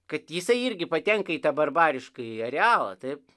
kad jisai irgi patenka į tą barbariškąjį arealą taip